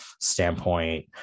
standpoint